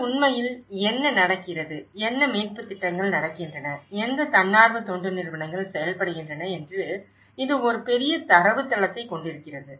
இது உண்மையில் என்ன நடக்கிறது என்ன மீட்பு திட்டங்கள் நடக்கின்றன எந்த தன்னார்வ தொண்டு நிறுவனங்கள் செயல்படுகின்றன என்று இது ஒரு பெரிய தரவுத்தளத்தைக் கொண்டுவருகிறது